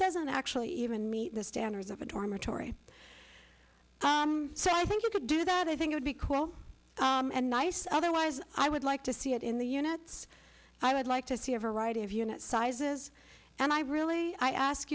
doesn't actually even meet the standards of a dormitory so i think you could do that i think would be cool and nice otherwise i would like to see it in the units i would like to see a variety of unit sizes and i really i ask